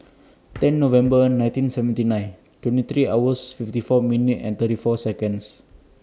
ten November nineteen seventy nine twenty three hours fifty four minute and thirty four Seconds